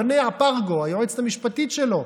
ברנע-פרגו, היועצת המשפטית שלו,